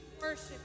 Worship